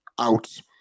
out